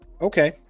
Okay